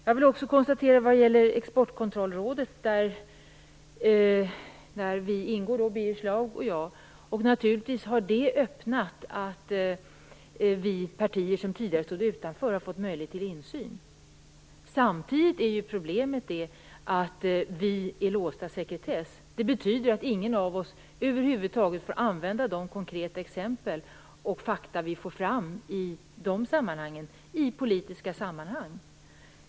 Jag vill också säga något om Exportkontrollrådet, som Birger Schlaug och jag ingår i. Det innebär naturligtvis en öppning att vi partier som tidigare stod utanför har fått möjlighet till insyn. Samtidigt är ju problemet att vi är låsta i sekretess. Det betyder att ingen av oss över huvud taget får använda de konkreta exempel och fakta som vi får fram i dessa sammanhang inom politiken.